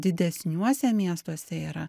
didesniuose miestuose yra